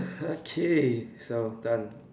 okay so done